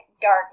dark